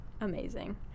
Amazing